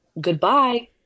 Goodbye